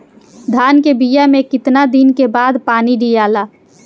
धान के बिया मे कितना दिन के बाद पानी दियाला?